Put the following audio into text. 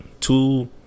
two